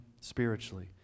spiritually